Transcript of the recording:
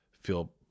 feel